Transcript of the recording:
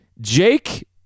Jake